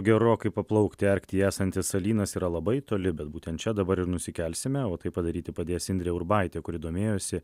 gerokai paplaukti arktyje esantis salynas yra labai toli bet būtent čia dabar ir nusikelsime o tai padaryti padės indrė urbaitė kuri domėjosi